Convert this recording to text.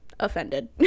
offended